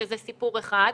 שזה סיפור אחד,